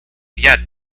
yet